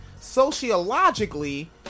sociologically